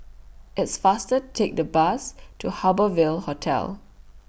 It's faster Take The Bus to Harbour Ville Hotel